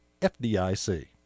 FDIC